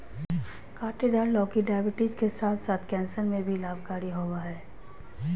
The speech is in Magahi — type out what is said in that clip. काँटेदार लौकी डायबिटीज के साथ साथ कैंसर में भी लाभकारी होबा हइ